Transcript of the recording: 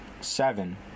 Seven